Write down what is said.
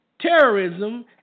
terrorism